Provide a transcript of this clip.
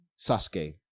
Sasuke